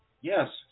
Yes